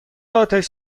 آتش